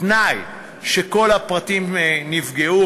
בתנאי שכל הפרטים נפגעו,